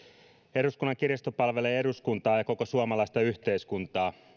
eduskunnan kirjasto palvelee eduskuntaa ja koko suomalaista yhteiskuntaa